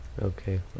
Okay